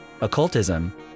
occultism